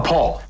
Paul